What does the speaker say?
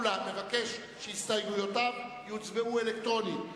מבקש שהסתייגויותיו יוצבעו בהצבעה אלקטרונית.